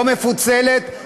לא מפוצלת.